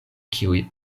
kiuj